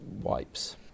wipes